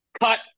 cut